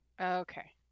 Okay